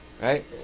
Right